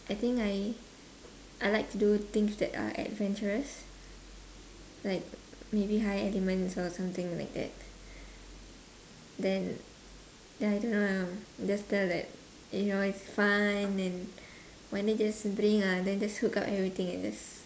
I think I I like to do things that are adventurous like maybe high elements or something like that then then I don't know just tell that you know it's fun and one day just bring ah then just hook up everything and just